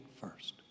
first